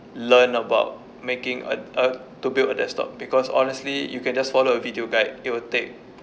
learn about making a a to build a desktop because honestly you can just follow a video guide it will take